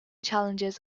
challenges